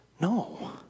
No